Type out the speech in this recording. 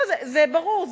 זה ברור.